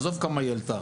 עזוב כמה היא עלתה,